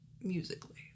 musically